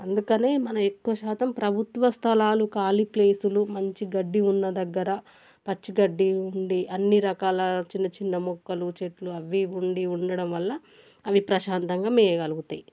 అందుకనే మనం ఎక్కువ శాతం ప్రభుత్వ స్థలాలు ఖాళీ ప్లేసులు మంచి గడ్డి ఉన్న దగ్గర పచ్చి గడ్డి ఉండి అన్ని రకాల చిన్న చిన్న మొక్కలు చెట్లు అవి ఉండి ఉండడం వల్ల అవి ప్రశాంతంగా మేయగలుగుతాయి